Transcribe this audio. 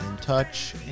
touch